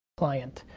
client.